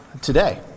today